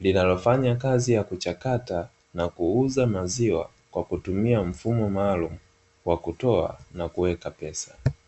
linalofanya kazi ya kuchakata na kuuza maziwa kwa kutumia mfumo maalumu wa kutoa na kuweka pesa.